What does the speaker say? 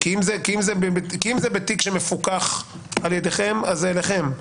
כי אם זה בתיק שמפוקח על ידכם, אז זה אליכם.